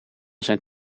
zijn